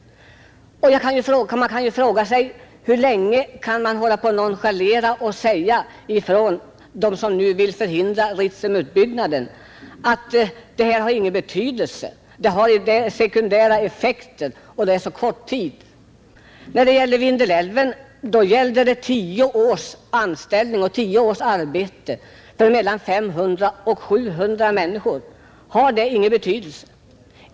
Man kan ju fråga sig hur länge det går att hävda att en sådan här utbyggnad inte har någon betydelse, eftersom den inte har sekundära effekter och arbetet varar så kort tid. I fråga om Vindelälven gällde det tio års arbete för mellan 500 och 700 människor. Har det ingen betydelse?